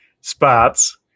spots